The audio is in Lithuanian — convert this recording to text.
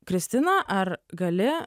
kristina ar gali